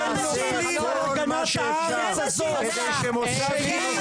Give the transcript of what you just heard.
לא מובן) יש לו רשימה של נופלים על אדמת הארץ הזאת שהיא עדות